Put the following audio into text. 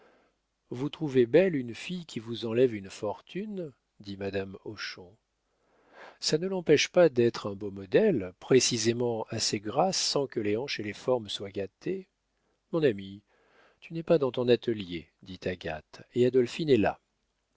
vous trouvez belle une fille qui vous enlève une fortune dit madame hochon ça ne l'empêche pas d'être un beau modèle précisément assez grasse sans que les hanches et les formes soient gâtées mon ami tu n'es pas dans ton atelier dit agathe et adolphine est là